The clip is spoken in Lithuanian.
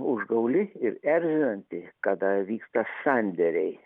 užgauli ir erzinanti kada vyksta sandėriai